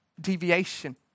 deviation